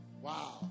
wow